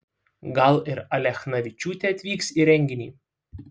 gal ir alechnavičiūtė atvyks į renginį